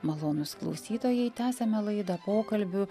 malonūs klausytojai tęsiame laidą pokalbiu